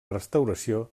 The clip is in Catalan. restauració